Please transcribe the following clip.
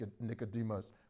Nicodemus